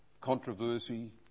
controversy